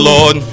Lord